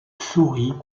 souris